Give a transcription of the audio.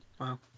Wow